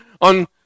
on